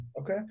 Okay